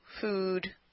food